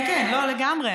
כן, לגמרי.